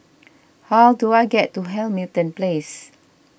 how do I get to Hamilton Place